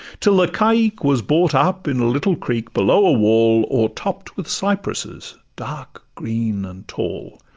till the caique was brought up in a little creek below a wall o'ertopp'd with cypresses, dark-green and tall.